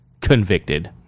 convicted